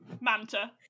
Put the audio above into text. Manta